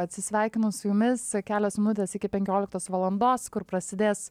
atsisveikinu su jumis kelios minutės iki penkioliktos valandos kur prasidės